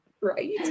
Right